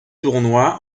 tournois